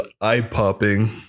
eye-popping